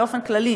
באופן כללי,